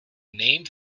named